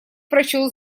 прочел